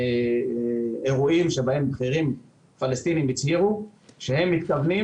אירועים שבהם בכירים פלסטיניים הצהירו שהם מתכוונים